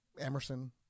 Emerson